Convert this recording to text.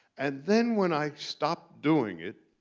and then when i stopped doing it,